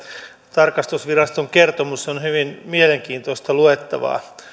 tarkastusviraston kertomus on hyvin mielenkiintoista luettavaa